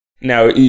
Now